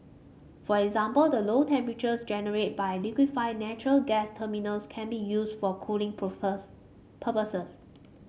for example the low temperatures generated by liquefied natural gas terminals can be used for cooling purposes